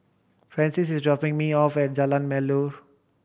francis is dropping me off at Jalan Melor